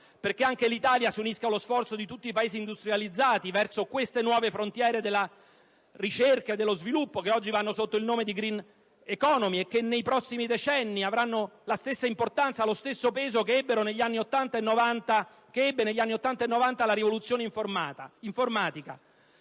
perché anche l'Italia si unisca allo sforzo di tutti i Paesi industrializzati verso queste nuove frontiere della ricerca e dello sviluppo che oggi vanno sotto il nome di *green economy* e che nei prossimi decenni avranno la stessa importanza che ebbe negli anni Ottanta e Novanta la rivoluzione informatica.